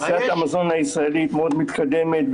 תעשיית המזון הישראלית מאוד מתקדמת,